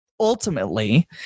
ultimately